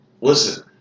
Listen